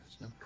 no